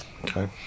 Okay